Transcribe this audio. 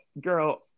girl